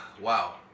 Wow